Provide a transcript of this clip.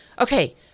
okay